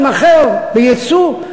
שיימכר בייצוא,